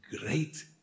great